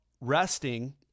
resting